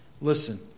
Listen